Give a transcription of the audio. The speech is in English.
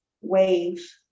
wave